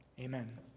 Amen